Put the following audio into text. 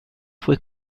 fue